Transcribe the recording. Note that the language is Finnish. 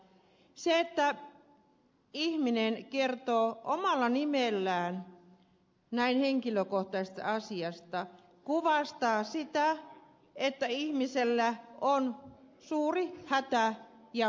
se että ihminen kertoo omalla nimellään näin henkilökohtaisesta asiasta kuvastaa sitä että ihmisellä on suuri hätä ja huoli